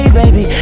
baby